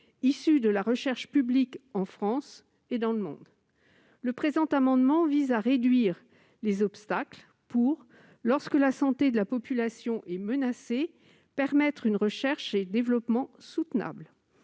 issues de la recherche publique en France et dans le monde. Le présent amendement vise à réduire ces obstacles lorsque la santé de la population est menacée, pour permettre une recherche et un développement soutenables,